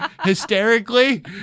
hysterically